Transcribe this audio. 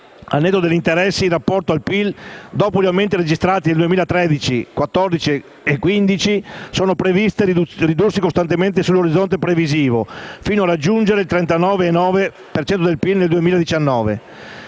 netto degli interessi in rapporto al PIL, dopo gli aumenti registrati negli anni 2013, 2014 e 2015, sono previste ridursi costantemente sull'orizzonte previsivo, fino a raggiungere il 39,9 per cento del PIL nel 2019.